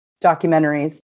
documentaries